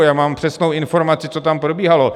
Já mám přesnou informaci, co tam probíhalo.